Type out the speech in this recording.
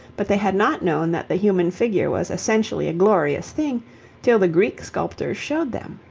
but they had not known that the human figure was essentially a glorious thing till the greek sculptors showed them.